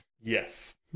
yes